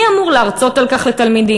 מי אמור להרצות על כך לתלמידים?